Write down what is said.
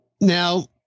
Now